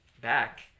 back